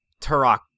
Turok